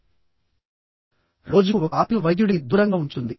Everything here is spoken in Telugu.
కాబట్టి మీరు ఇలా చూసినప్పుడు రోజుకు ఒక ఆపిల్ వైద్యుడిని దూరంగా ఉంచుతుంది